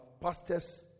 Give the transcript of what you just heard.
pastors